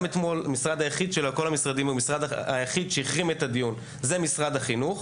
גם אתמול המשרד היחיד שהחרים את הדיון היה משרד החינוך.